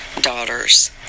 daughters